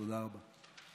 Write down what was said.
תודה רבה.